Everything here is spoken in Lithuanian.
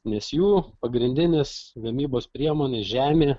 nes jų pagrindinės gamybos priemonė žemė